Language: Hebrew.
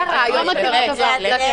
אבל זה הרעיון של הרמזור.